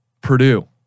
Purdue